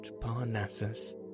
Parnassus